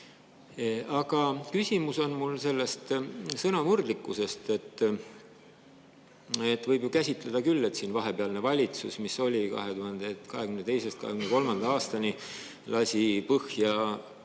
Aga küsimus on mul sellest sõnamurdlikkusest. Võib ju käsitleda küll, et siin vahepealne valitsus, mis oli 2022.–2023. aastani, lasi põhja